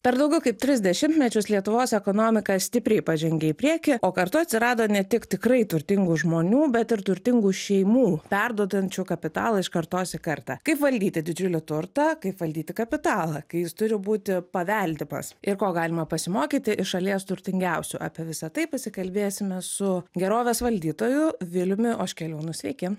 per daugiau kaip tris dešimtmečius lietuvos ekonomika stipriai pažengė į priekį o kartu atsirado ne tik tikrai turtingų žmonių bet ir turtingų šeimų perduodančių kapitalą iš kartos į kartą kaip valdyti didžiulį turtą kaip valdyti kapitalą kai jis turi būti paveldimas ir ko galima pasimokyti iš šalies turtingiausių apie visa tai pasikalbėsime su gerovės valdytoju viliumi oškeliūnu sveiki